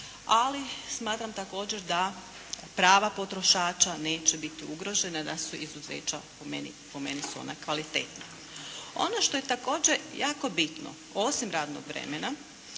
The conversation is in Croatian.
ali smatram također da prava potrošača neće biti ugrožena, da su izuzeća su po meni ona kvalitetna. Ono što je također jako bitno osim radnog vremena